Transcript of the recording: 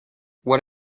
what